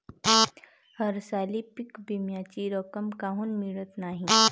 हरसाली पीक विम्याची रक्कम काऊन मियत नाई?